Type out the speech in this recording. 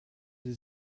sie